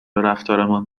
رفتارمان